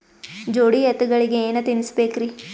ಜೋಡಿ ಎತ್ತಗಳಿಗಿ ಏನ ತಿನಸಬೇಕ್ರಿ?